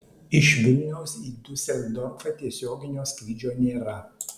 iš vilniaus į diuseldorfą tiesioginio skrydžio nėra